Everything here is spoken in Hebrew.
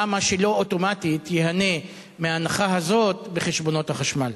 למה שלא אוטומטית ייהנה מההנחה הזאת בחשבונות החשמל?